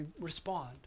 respond